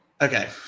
Okay